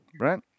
right